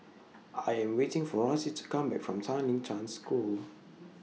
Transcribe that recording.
I Am waiting For Rossie to Come Back from Tanglin Trust School